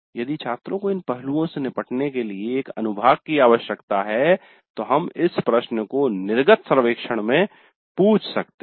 यदि छात्रों को इन पहलुओं से निपटने के लिए एक अनुभाग की आवश्यकता है तो हम इस प्रश्न को निर्गत सर्वेक्षण में पूछ सकते हैं